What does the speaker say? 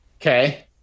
Okay